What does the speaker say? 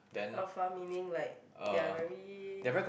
alpha meaning like they're very